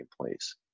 place